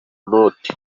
noti